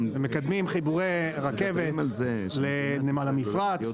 מקדמים חיבורי רכבת לנמל המפרץ,